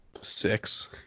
six